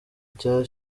cya